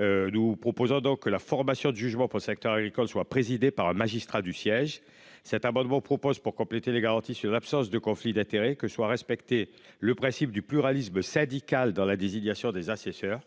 Nous proposons donc que la formation de jugement pour le secteur agricole soit présidée par un magistrat du siège. C'est un Volvo propose pour compléter les garanties sur l'absence de conflits d'intérêts que soit respecté le principe du pluralisme syndical dans la désignation des assesseurs.